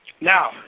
Now